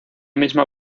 misma